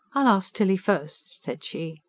i'll ask tilly first, said she.